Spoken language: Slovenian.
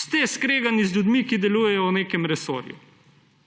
SDS, skregan z ljudmi, ki delujejo v nekem resorju.